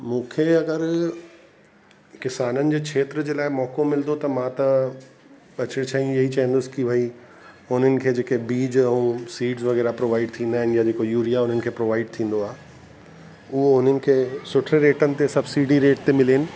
मूंखे अगरि किसाननि जे क्षेत्र जे लाइ मौक़ो मिलंदो त मां त ॿ छ ईअं ई चईंदुसि कि भाई हुननि खे जेके बीज ऐं सीॾ्स वग़ैरह प्रोवाइड थींदा आहिनि यानी कोई यूरिया उन्हनि खे प्रोवाइड थींदो आहे उहो उन्हनि खे सुठे रेटनि ते सब्सिडी रेट ते मिलनि